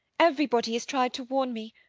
everybody has tried to warn me.